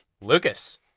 Lucas